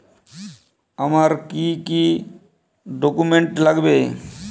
আমার কি কি ডকুমেন্ট লাগবে?